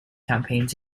campaigns